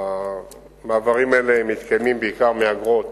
המעברים האלה מתקיימים בעיקר מאגרות